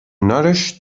nourish